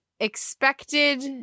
expected